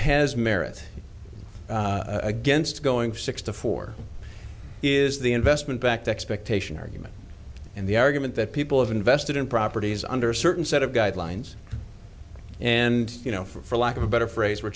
has merit against going for six to four is the investment back to expectation argument and the argument that people have invested in properties under certain set of guidelines and you know for lack of a better phrase we're